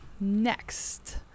Next